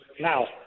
Now